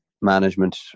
management